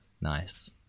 Nice